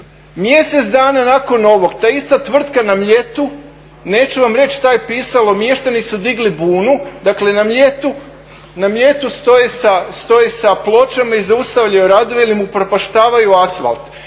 mjesec dana nakon ovog ta ista tvrtka na Mljetu neću vam reći šta je pisalo, mještani su digli bunu na Mljetu, na Mljetu stoje sa pločama i zaustavljaju radove jel im upropaštavaju asfalt.